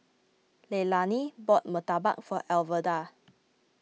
Leilani bought Murtabak for Alverda